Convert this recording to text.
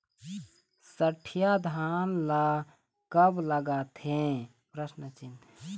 सठिया धान ला कब लगाथें?